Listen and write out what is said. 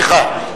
סליחה.